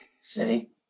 City